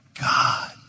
God